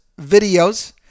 videos